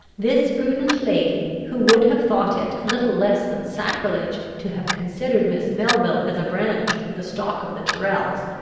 this prudent lady, who would have thought it little less than sacrilege to have considered miss melville as a branch of the stock of the tyrrels,